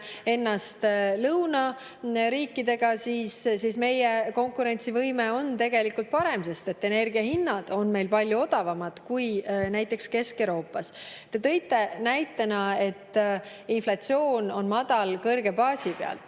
ennast lõuna riikidega, siis meie konkurentsivõime on tegelikult parem, sest energiahinnad on meil palju odavamad kui näiteks Kesk-Euroopas. Te tõite näitena, et inflatsioon on madal kõrge baasi pealt,